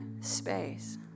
space